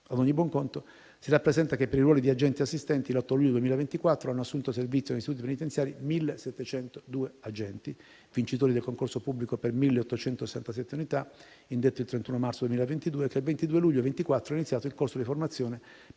Ad ogni buon conto, si rappresenta che, per i ruoli di agenti e assistenti, l'8 luglio 2024, hanno assunto servizio negli istituti penitenziari 1.702 agenti, vincitori del concorso pubblico per 1.867 unità, indetto il 31 marzo 2022. Inoltre, il 22 luglio 2024 è iniziato il corso di formazione per